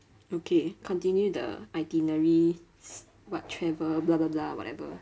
okay continue the itinerary what travel blah blah blah whatever